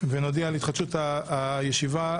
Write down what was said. ועדת כספים.